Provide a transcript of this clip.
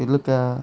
तिलक ऐ